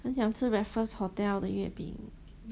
很想吃 raffles hotel 的月饼